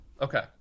Okay